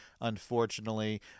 unfortunately